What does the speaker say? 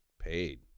paid